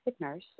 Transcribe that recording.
nurse